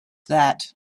that